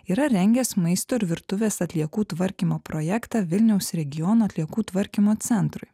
yra rengęs maisto ir virtuvės atliekų tvarkymo projektą vilniaus regiono atliekų tvarkymo centrui